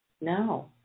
No